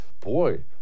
boy